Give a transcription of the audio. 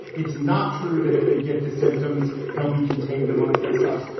it's not true that if they get the symptoms, they'll be contained amongst themselves.